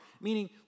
meaning